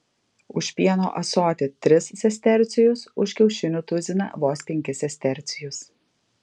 už pieno ąsotį tris sestercijus už kiaušinių tuziną vos penkis sestercijus